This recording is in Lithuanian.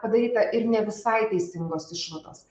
padaryta ir ne visai teisingos išvados